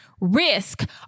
risk